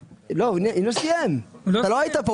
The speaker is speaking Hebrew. (היו"ר משה גפני 13:07) אני לא קיבלתי תשובה לשאלה אם